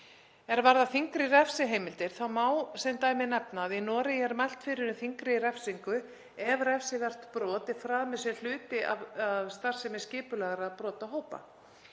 Hvað varðar þyngri refsiheimildir má sem dæmi nefna að í Noregi er mælt fyrir um þyngri refsingu ef refsivert brot er framið sem hluti af starfsemi skipulagðra brotahópa.